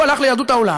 הוא הלך ליהדות העולם,